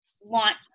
want